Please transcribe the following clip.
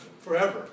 forever